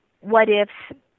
what-ifs